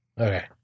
Okay